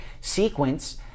sequence